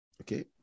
okay